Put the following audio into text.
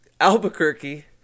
Albuquerque